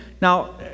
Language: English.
Now